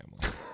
Family